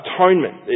Atonement